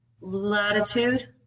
latitude